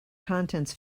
contents